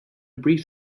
brief